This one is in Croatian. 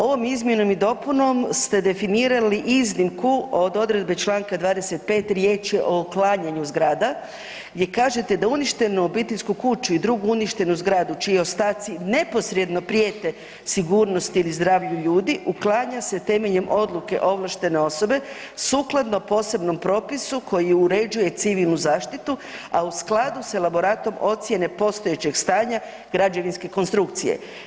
Ovom izmjenom i dopunom ste definirali iznimku od odredbe čl. 25., riječ je o uklanjanju zgrada, gdje kažete da uništenu obiteljsku kuću i drugu uništenu zgradu čiji ostaci neposredno prijete sigurnosti ili zdravlju ljudi, uklanja se temeljem odluke ovlaštene osobe sukladno posebnom propisu koji uređuje civilnu zaštitu a u skladu sa elaboratom ocjene postojećeg stanja građevinske konstrukcije.